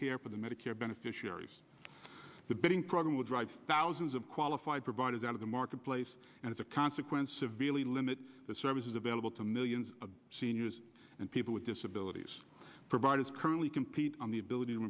care for the medicare beneficiaries the betting program will drive thousands of qualified provided out of the marketplace and as a consequence severely limit the services available to millions of seniors and people with disabilities providers currently compete on the ability to